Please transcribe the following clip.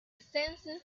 census